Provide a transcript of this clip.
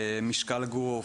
משקל גוף,